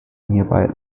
nearby